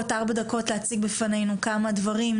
ארבע דקות להציג בפנינו כמה דברים,